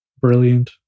brilliant